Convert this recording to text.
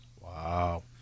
wow